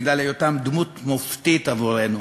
בגלל היותם דמות מופתית עבורנו,